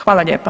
Hvala lijepa.